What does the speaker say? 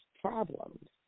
problems